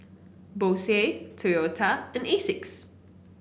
Bose Toyota and Asics